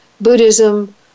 Buddhism